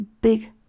big